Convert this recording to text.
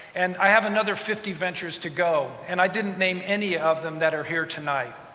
and i have another fifty ventures to go, and i didn't name any of them that are here tonight.